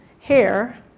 hair